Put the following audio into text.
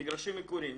מגרשים מקורים,